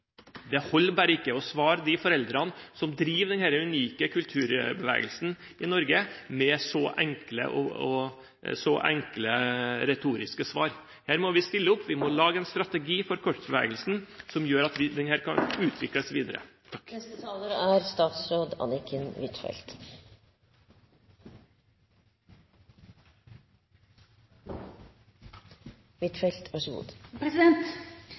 Det holder bare ikke å gi de foreldrene som driver denne unike kulturbevegelsen i Norge, så enkle, retoriske svar. Her må vi stille opp. Vi må lage en strategi for korpsbevegelsen som gjør at denne kan utvikles videre. Det har vært en noe forvirrende, men også til dels oppklarende, diskusjon vi har hatt i salen i dag. For det første: Hvis man er